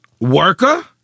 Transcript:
Worker